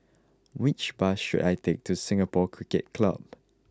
which bus should I take to Singapore Cricket Club